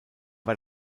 war